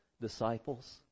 disciples